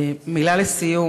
מילה לסיום.